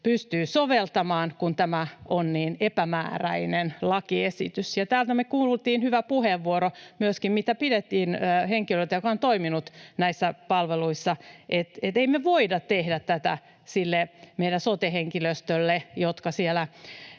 pystyvät soveltamaan, kun tämä on niin epämääräinen lakiesitys. Ja täältä me kuultiin myöskin hyvä puheenvuoro, jonka piti henkilö, joka on toiminut näissä palveluissa, että ei me voida tehdä tätä sille meidän sote-henkilöstölle, joka siellä